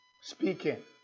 Speaking